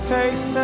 faith